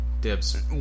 Dibs